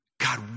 God